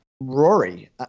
Rory